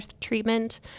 treatment